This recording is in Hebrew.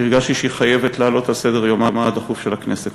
הרגשתי שהיא חייבת לעלות על סדר-יומה של הכנסת בדחיפות.